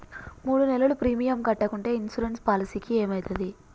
మూడు నెలలు ప్రీమియం కట్టకుంటే ఇన్సూరెన్స్ పాలసీకి ఏమైతది?